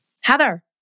Heather